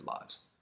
lives